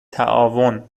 تعاون